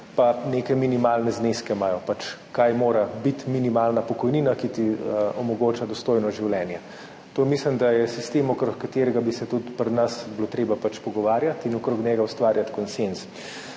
neke minimalne zneske, pač kaj mora biti minimalna pokojnina, ki ti omogoča dostojno življenje. To mislim, da je sistem, okrog katerega bi se bilo treba tudi pri nas pogovarjati in okrog njega ustvarjati konsenz.